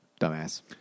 dumbass